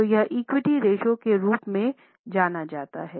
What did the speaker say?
तो यह equity ratio के रूप में जाना जाता है